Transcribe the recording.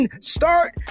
start